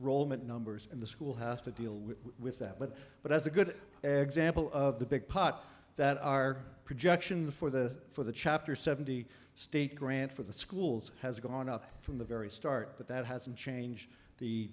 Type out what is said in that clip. met numbers in the school have to deal with that but but as a good example of the big pot that our projection for the for the chapter seventy state grants for the schools has gone up from the very start but that hasn't changed the